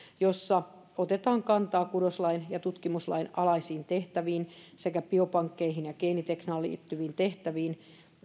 jossa otetaan kantaa kudoslain ja tutkimuslain alaisiin tehtäviin sekä biopankkeihin ja geenitekniikkaan liittyviin tehtäviin